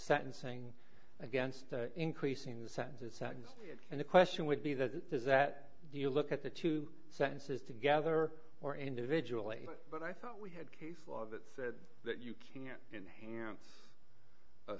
sentencing against increasing the sentences and the question would be that it is that you look at the two sentences together or individually but i thought we had case law that said that you can't enhanced a